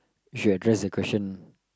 if you address the question